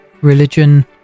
religion